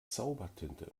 zaubertinte